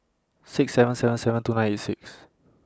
six seven seven seven two nine eight six